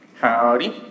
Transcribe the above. Howdy